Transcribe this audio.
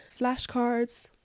flashcards